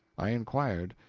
i inquired.